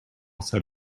said